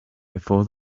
before